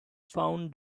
found